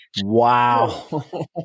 Wow